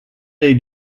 they